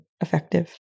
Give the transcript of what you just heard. effective